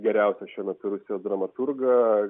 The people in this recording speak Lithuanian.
geriausią šiuo metu rusijos dramaturgą